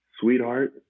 Sweetheart